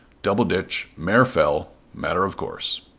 double ditch mare fell matter of course.